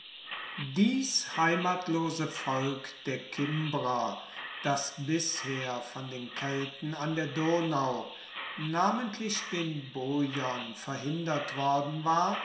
dies heimatlose volk der kimbrer das bisher von den kelten an der donau namentlich den boiern verhindert worden war